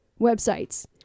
websites